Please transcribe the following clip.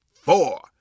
four